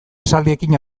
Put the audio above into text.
esaldiekin